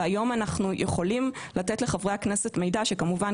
והיום אנחנו יכולים לתת לחברי הכנסת מידע שכמובן,